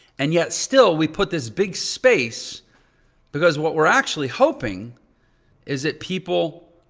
and yet still we put this big space because what we're actually hoping is that people,